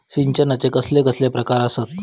सिंचनाचे कसले कसले प्रकार आसत?